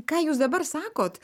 ką jūs dabar sakot